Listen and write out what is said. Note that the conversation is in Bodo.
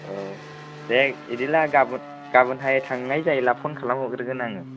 औ दे बिदिब्ला गाबोनहाय थांनाय जायोब्ला फ'न खालामहरग्रोगोन आङो